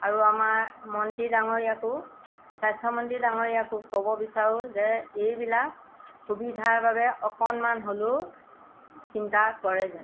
আৰু আমাৰ মন্ত্ৰী ডাঙৰীয়াকো স্বাস্থ্যমন্ত্ৰী ডাঙৰীয়াকো ক'ব বিচাৰোঁ যে এইবিলাক সুবিধাৰ বাবে অকণমান হ'লেও চিন্তা কৰে যেন